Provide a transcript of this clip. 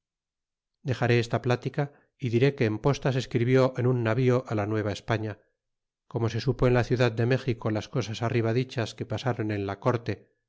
dexaré esta pltica y diré que en posta se escribió en un navío la nueva españa como se supo en la ciudad de méxico las cosas arriba dichas que pasron en la corte